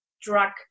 drug